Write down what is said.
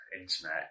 internet